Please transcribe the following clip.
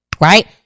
right